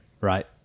Right